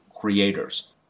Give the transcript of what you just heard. creators